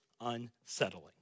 unsettling